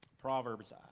proverbs